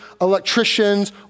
electricians